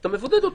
אתה מבודד אותו.